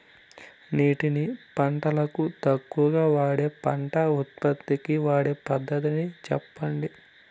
నీటిని పంటలకు తక్కువగా వాడే పంట ఉత్పత్తికి వాడే పద్ధతిని సెప్పండి?